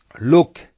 Look